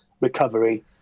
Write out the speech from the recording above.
recovery